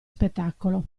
spettacolo